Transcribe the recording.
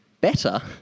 better